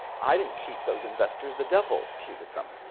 i didn't cheat those investors. the devil cheated them.